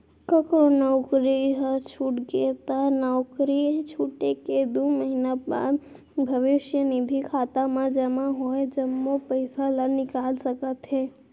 ककरो नउकरी ह छूट गे त नउकरी छूटे के दू महिना बाद भविस्य निधि खाता म जमा होय जम्मो पइसा ल निकाल सकत हे